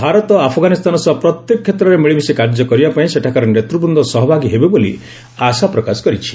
ଭାରତ ଆଫଗାନିସ୍ତାନ ସହ ପ୍ରତ୍ୟେକ କ୍ଷେତ୍ରରେ ମିଳିମିଶି କାର୍ଯ୍ୟ କରିବା ପାଇଁ ସେଠାକାର ନେତୃବୂନ୍ଦ ସହଭାଗି ହେବେ ବୋଲି ଆଶା ପ୍ରକାଶ କରିଛି